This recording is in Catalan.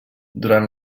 durant